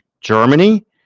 Germany